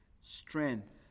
strength